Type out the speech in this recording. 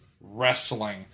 Wrestling